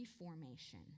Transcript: reformation